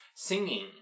Singing